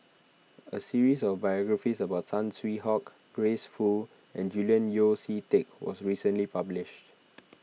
a series of biographies about Saw Swee Hock Grace Fu and Julian Yeo See Teck was recently published